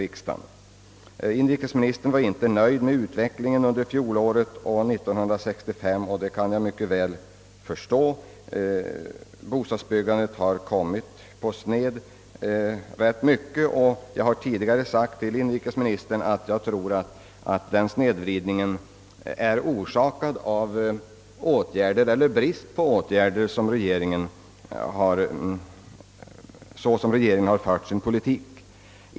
Inrikesministern var inte nöjd med utvecklingen vare sig under fjolåret eller under 1965, vilket jag mycket väl kan förstå. Bostadsbyggandet har kommit rätt mycket på sned. Jag har tidigare sagt till inrikesministern att jag tror att denna snedvridning är orsakad av bristen på åtgärder i den av regeringen förda politiken.